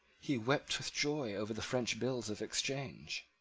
he wept with joy over the french bills of exchange.